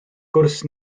gwrs